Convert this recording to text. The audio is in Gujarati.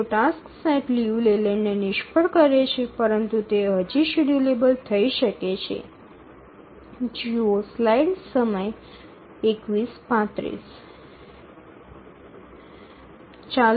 જો ટાસ્ક સેટ લિયુ લેલેન્ડને નિષ્ફળ કરે છે પરંતુ તે હજી શેડ્યૂલેબલ થઈ શકે છે